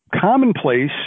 Commonplace